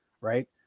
right